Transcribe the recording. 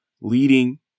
leading